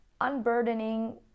unburdening